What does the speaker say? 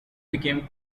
become